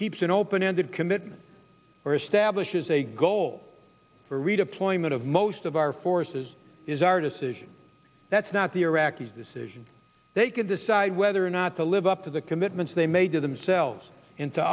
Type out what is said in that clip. keeps an open ended commitment or establishes a goal or redeployment of most of our forces is our decision that's not the iraqis decision they can decide whether or not to live up to the commitments they made to themselves